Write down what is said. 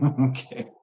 okay